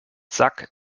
sack